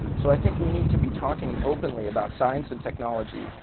so i think we need to be talking openly about science and technology,